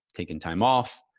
taking time off,